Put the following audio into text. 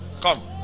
Come